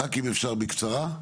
רק אם אפשר בקצרה.